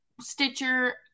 Stitcher